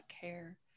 care